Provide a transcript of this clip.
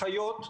אחיות,